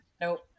nope